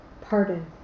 pardon